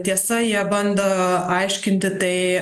tiesa jie bando aiškinti tai